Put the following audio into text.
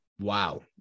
Wow